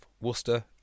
Worcester